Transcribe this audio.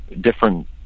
different